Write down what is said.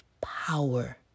power